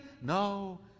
No